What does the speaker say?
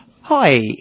Hi